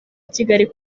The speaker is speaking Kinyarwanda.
kigali